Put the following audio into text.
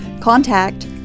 contact